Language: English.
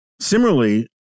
similarly